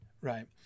right